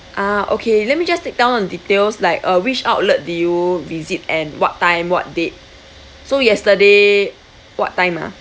ah okay let me just take down on details like uh which outlet did you visit and what time what date so yesterday what time ah